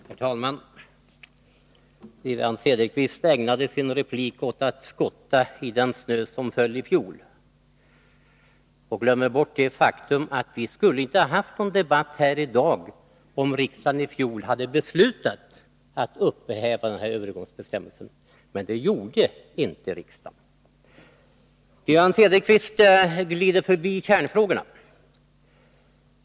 Herr talman! Wivi-Anne Cederqvist ägnade sin replik åt att skotta den snö som föll i fjol och glömmer bort det faktum att vi inte skulle ha någon debatt häri dag om riksdagen i fjol beslutat upphäva denna övergångsbestämmelse. Men det gjorde inte riksdagen. Wivi-Anne Cederqvist glider förbi kärnfrågorna.